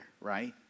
right